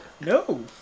No